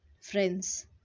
friends